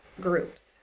groups